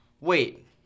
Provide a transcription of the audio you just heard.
Wait